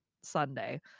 Sunday